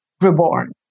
reborn